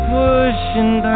pushing